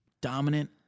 dominant